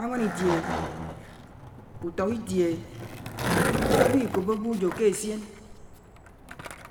ánwán itièghè, ùtók itièghè, ágwò ikòpò ágwò uyò kè èssièn.